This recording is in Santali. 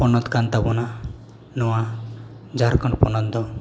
ᱯᱚᱱᱚᱛ ᱠᱟᱱ ᱛᱟᱵᱚᱱᱟ ᱱᱚᱣᱟ ᱡᱷᱟᱨᱠᱷᱚᱸᱰ ᱯᱚᱱᱚᱛ ᱫᱚ